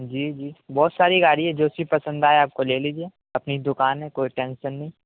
جی جی بہت ساری گاڑی ہے جو سی پسند آئے آپ کو لے لیجیے اپنی دکان ہے کوئی ٹینسن نہیں